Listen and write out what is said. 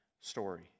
story